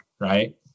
right